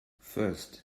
first